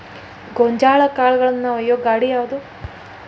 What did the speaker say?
ಗೋಂಜಾಳ ಕಾಳುಗಳನ್ನು ಒಯ್ಯುವ ಗಾಡಿ ಯಾವದು?